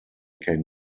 can